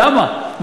למה?